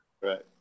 Right